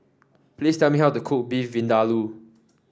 please tell me how to cook Beef Vindaloo